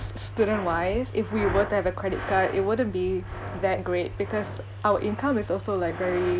s~ student wise if we were to have a credit card it wouldn't be that great because our income is also like very